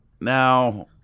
Now